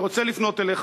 אני רוצה לפנות אליך,